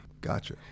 gotcha